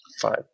Five